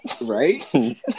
Right